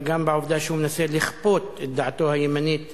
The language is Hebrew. וגם בעובדה שהוא מנסה לכפות את דעתו הימנית